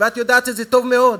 ואת יודעת את זה טוב מאוד.